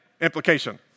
implication